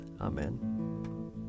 Amen